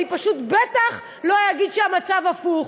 אני פשוט בטח לא אגיד שהמצב הפוך,